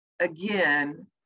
again